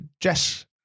Jess